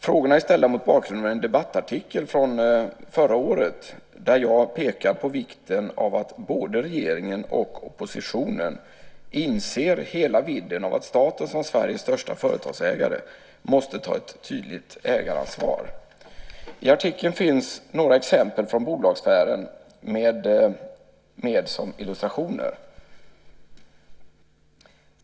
Frågorna är ställda mot bakgrund av en debattartikel från förra året där jag pekar på vikten av att både regeringen och oppositionen inser hela vidden av att staten som Sveriges största företagsägare måste ta ett tydligt ägaransvar. I artikeln finns några exempel från bolagssfären med som illustrationer.